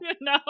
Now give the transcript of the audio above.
no